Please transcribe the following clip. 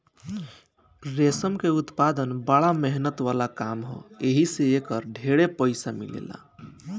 रेशम के उत्पदान बड़ा मेहनत वाला काम ह एही से एकर ढेरे पईसा मिलेला